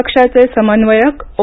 पक्षाचे समन्वयक ओ